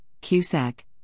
Cusack